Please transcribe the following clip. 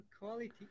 quality